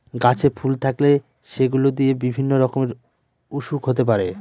গাছে ফুল থাকলে সেগুলো দিয়ে বিভিন্ন রকমের ওসুখ হতে পারে